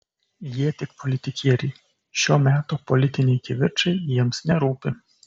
jie tik politikieriai šio meto politiniai kivirčai jiems nerūpi